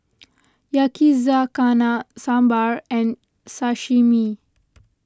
Yakizakana Sambar and Sashimi